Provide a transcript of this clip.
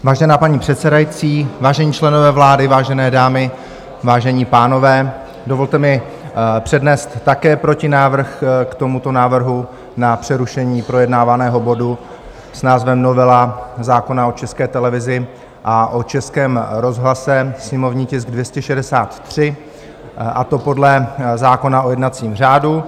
Vážená paní předsedající, vážení členové vlády, vážené dámy, vážení pánové, dovolte mi přednést také protinávrh k tomuto návrhu na přerušení projednávaného bodu s názvem novela zákona o České televizi a o Českém rozhlase, sněmovní tisk 263, a to podle zákona o jednacím řádu.